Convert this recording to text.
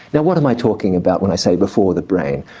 now what am i talking about when i say before the brain?